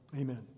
Amen